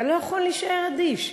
אתה לא יכול להישאר אדיש.